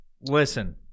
Listen